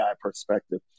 perspective